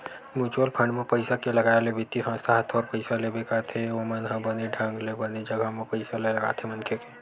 mutual fund म पइसा के लगाए ले बित्तीय संस्था ह थोर पइसा लेबे करथे ओमन ह बने ढंग ले बने जघा म पइसा ल लगाथे मनखे के